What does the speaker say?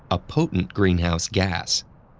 a potent greenhouse gas.